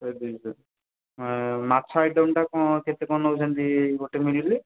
ଶହେ ଦୁଇଶହ ମାଛ ଆଇଟମ୍ କ'ଣ କେତେ କ'ଣ ନେଉଛନ୍ତି ଗୋଟେ ମିଲ୍